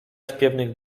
śpiewnych